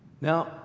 Now